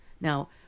now